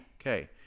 Okay